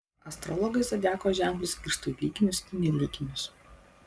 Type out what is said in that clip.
astrologai zodiako ženklus skirsto į lyginius ir nelyginius